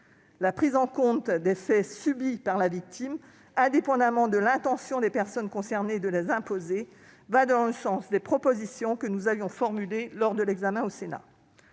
La prise en compte des faits subis par la victime, indépendamment de l'intention des personnes concernées de les imposer, va dans le sens des propositions que nous avions formulées lors de l'examen au Sénat.